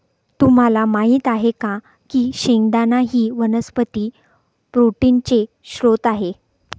तुम्हाला माहित आहे का की शेंगदाणा ही वनस्पती प्रोटीनचे स्त्रोत आहे